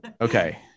okay